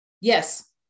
Yes